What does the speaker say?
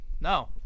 no